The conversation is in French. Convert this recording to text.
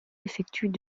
effectuent